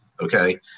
Okay